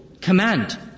command